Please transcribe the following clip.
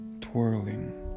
Twirling